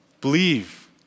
Believe